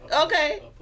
Okay